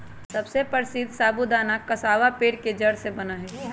सबसे प्रसीद्ध साबूदाना कसावा पेड़ के जड़ से बना हई